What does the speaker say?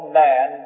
man